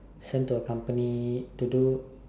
sent to a company to do